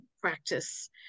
practice